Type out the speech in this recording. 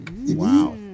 Wow